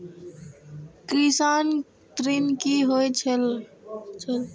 किसान ऋण की होय छल?